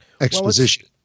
Exposition